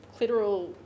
clitoral